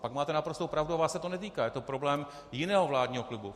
Pak máte naprostou pravdu a vás se to netýká, je to problém jiného vládního klubu.